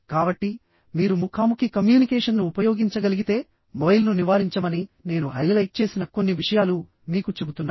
కాబట్టి మీరు ముఖాముఖి కమ్యూనికేషన్ను ఉపయోగించగలిగితే మొబైల్ను నివారించమని నేను హైలైట్ చేసిన కొన్ని విషయాలు మీకు చెబుతున్నాయి